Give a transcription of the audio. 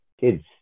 kids